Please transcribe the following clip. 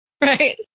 right